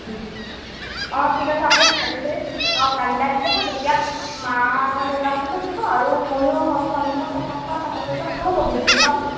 অঁ ঠিক আছে আপুনি কালিলৈ অঁ কালিলৈ আহি দিব তেতিয়া মা দেউতাহঁতো থাকিব আৰু ময়ো সন্মুখত কথাষাৰ পাতি ল'লে ভাল হ'ব বুজিও পাম